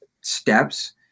steps